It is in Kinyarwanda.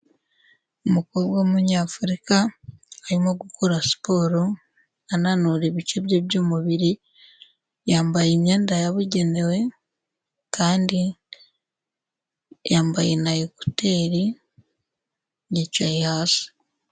Umukobwa w'umunyafurika arimo gukora siporo ananura ibice bye by'umubiri, yambaye imyenda yabugenewe kandi yambaye na ekuteri, yicaye hasi.